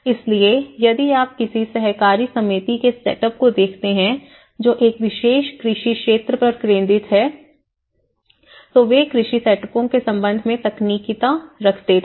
इसलिए यदि आप किसी सहकारी समिति के सेटअप को देखते हैं जो एक विशेष कृषि क्षेत्र पर केंद्रित है तो वे कृषि सेटअपों के संबंध में तकनीकीता रखते थे